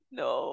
no